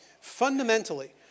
Fundamentally